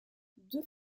deux